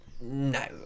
No